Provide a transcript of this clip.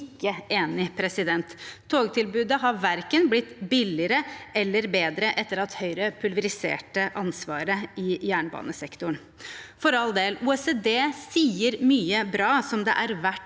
Togtilbudet har verken blitt billigere eller bedre etter at Høyre pulveriserte ansvaret i jernbanesektoren. For all del: OECD sier mye bra som det er verdt